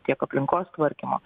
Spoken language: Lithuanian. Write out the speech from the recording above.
tiek aplinkos tvarkymo